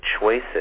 choices